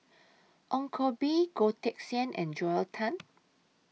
Ong Koh Bee Goh Teck Sian and Joel Tan